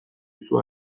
duzu